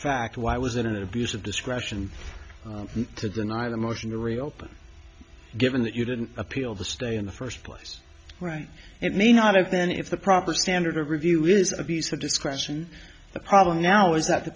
fact why was it an abuse of discretion to deny the motion to reopen given that you didn't appeal the stay in the first place right it may not have been if the proper standard of review is abuse of discretion the problem now is that the